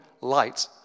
light